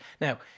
Now